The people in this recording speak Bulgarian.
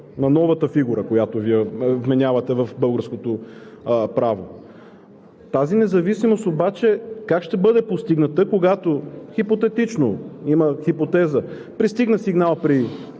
на новата фигура, която Вие вменявате в българското право. Тази независимост обаче как ще бъде постигната, когато хипотетично – има хипотеза, пристигне сигнал при